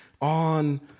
on